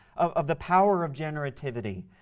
of the power of generativity.